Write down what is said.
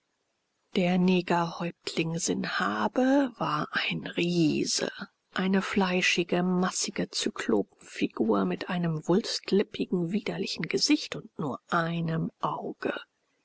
der negerhäuptling sanhabe war ein riese eine fleischige massige zyklopenfigur mit einem wulstlippigen widerlichen gesicht und nur einem auge